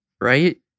right